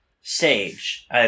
Sage